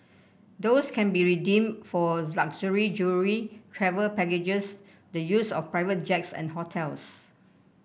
those can be redeem for luxury jewellery travel packages the use of private jets and hotels